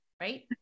right